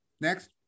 Next